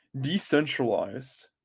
decentralized